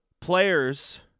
players